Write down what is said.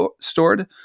stored